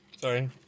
sorry